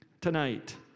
tonight